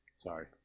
Sorry